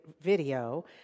video